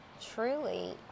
truly